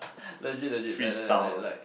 legit legit like like like like like